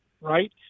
Right